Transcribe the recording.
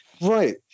Right